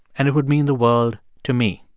and it would mean the world to me.